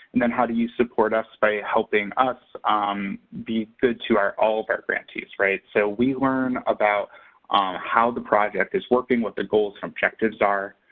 and then how do you support us by helping us be good to our all of our grantees, right? so we learn about how the project is working, what the goals and objectives are,